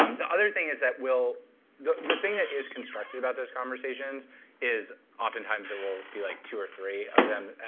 um the other thing is that we'll the the thing that is constructed about those conversations is oftentimes it will be like two or three of them,